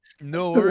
No